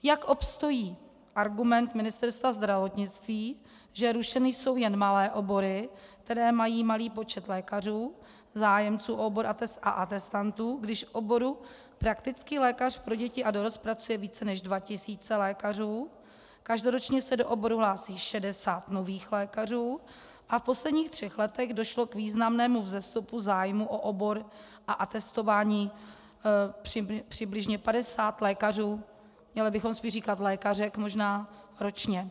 Jak obstojí argument Ministerstva zdravotnictví, že rušeny jsou jen malé obory, které mají malý počet lékařů, zájemců o obor a atestantů, když v oboru praktický lékař pro děti a dorost pracuje více než 2 000 lékařů, každoročně se do oboru hlásí 60 nových lékařů a v posledních třech letech došlo k významnému vzestupu zájmu o obor a atestování přibližně 50 lékařů měli bychom spíš říkat lékařek, možná ročně?